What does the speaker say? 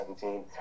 17